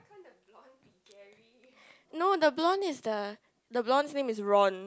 no the blonde is the the blonde's name is Ron